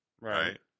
Right